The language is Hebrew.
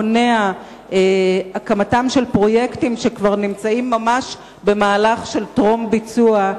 מונע הקמתם של פרויקטים שכבר נמצאים ממש במהלך של טרום-ביצוע,